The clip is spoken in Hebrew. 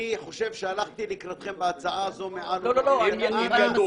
אני חושב שהלכתי לקראתכם בהצעה הזאת מעל ומעבר.